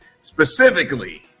specifically